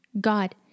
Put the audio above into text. God